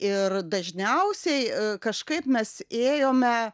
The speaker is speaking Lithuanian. ir dažniausiai kažkaip mes ėjome